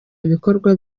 ibikorwa